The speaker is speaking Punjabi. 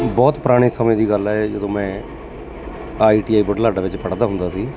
ਬਹੁਤ ਪੁਰਾਣੇ ਸਮੇਂ ਦੀ ਗੱਲ ਹੈ ਜਦੋਂ ਮੈਂ ਆਈ ਟੀ ਆਈ ਬੁਢਲਾਡਾ ਵਿੱਚ ਪੜ੍ਹਦਾ ਹੁੰਦਾ ਸੀ